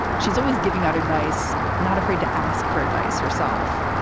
she's always giving out advice, not afraid to ask for advice herself.